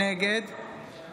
נגד